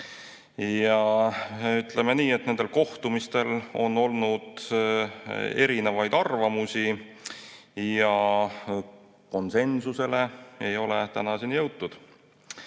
ütleme nii, et nendel kohtumistel on olnud erinevaid arvamusi ja konsensusele ei ole tänaseni jõutud.